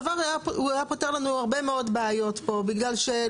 הדבר הזה היה פותר לנו הרבה מאוד בעיות פה מפני